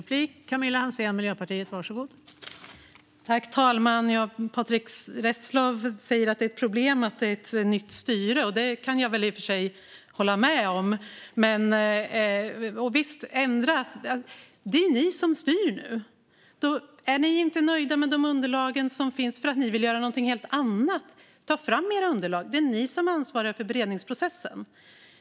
Fru talman! Patrick Reslow säger att det är ett problem att det är ett nytt styre, och det kan jag i och för sig hålla med om. Det är ni som styr nu. Är ni inte nöjda med de underlag som finns för att ni vill göra någonting helt annat, ta då fram era underlag! Det är ni som är ansvariga för beredningsprocessen.